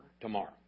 tomorrow